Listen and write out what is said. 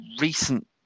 recent